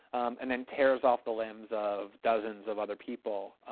and then tears off the limbs of dozens of other people,